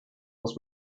was